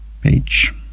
page